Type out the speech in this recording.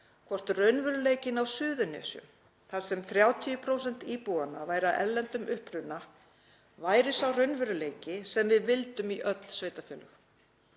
hvort raunveruleikinn á Suðurnesjum, þar sem 30% íbúanna væru af erlendum uppruna, væri sá raunveruleiki sem við vildum í öll sveitarfélög.